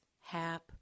HAP